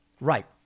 Right